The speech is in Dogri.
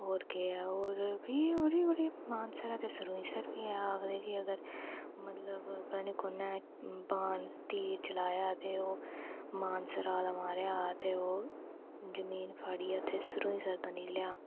होर केह् ऐ होर बी होर बी बड़ियां मानसर ते सरूईंसर बी ऐ आखदे कि अगर मतलब पता नी कुन्ने बाण तीर चलाया हा ते ओह् मानसरा दा मारेआ हा ते ओह् जमीन फाड़िये उत्थै सरूईंसर दा निकलेआ हा